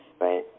Right